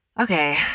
Okay